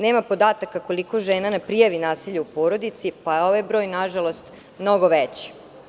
Nema podataka koliko žena ne prijavi nasilje u porodici pa je ovaj broj na žalost mnogo veći.